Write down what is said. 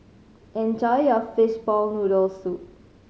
enjoy your fishball noodle soup